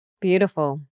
Beautiful